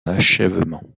achèvement